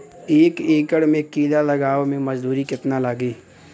एक एकड़ में केला लगावे में मजदूरी कितना लागी?